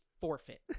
forfeit